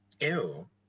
Ew